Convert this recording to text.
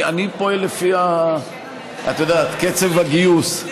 אני פועל לפי, את יודעת, קצב הגיוס.